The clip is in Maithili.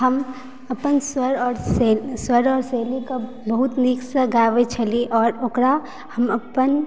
हम अपन स्वर आओरसँ स्वर आओर शैलीके बहुत नीकसँ गाबै छलय आओर ओकारा हम अपन